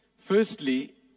Firstly